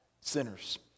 sinners